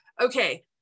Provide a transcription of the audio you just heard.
Okay